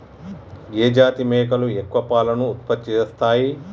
ఏ జాతి మేకలు ఎక్కువ పాలను ఉత్పత్తి చేస్తయ్?